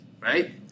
right